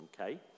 okay